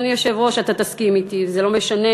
אדוני היושב-ראש, אתה תסכים אתי, זה לא משנה,